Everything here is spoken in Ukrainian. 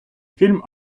фільм